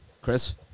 Chris